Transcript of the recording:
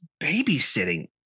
babysitting